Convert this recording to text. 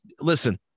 listen